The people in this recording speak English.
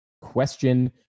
question